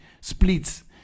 splits